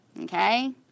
okay